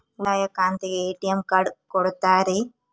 ಉಳಿತಾಯ ಖಾತೆಗೆ ATM card ಕೊಡ್ತೇರಿ?